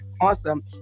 Awesome